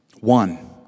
One